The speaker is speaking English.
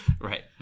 Right